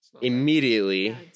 immediately